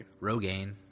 Rogaine